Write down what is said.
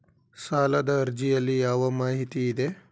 ಸಾಲದ ಅರ್ಜಿಯಲ್ಲಿ ಯಾವ ಮಾಹಿತಿ ಇದೆ?